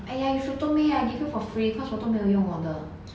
!aiya! you should told me I give you for free cause 我都没有用我的